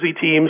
teams